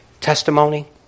Testimony